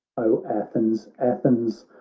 o athens, athens!